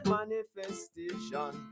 manifestation